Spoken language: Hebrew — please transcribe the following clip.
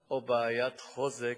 או בעיית חוזק